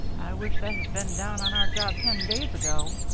i wish that had been down on our job ten days ago,